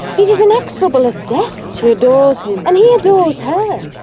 he's as inexorable as death! she adores him and he adores her!